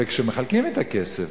וכשמחלקים את הכסף,